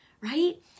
right